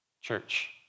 Church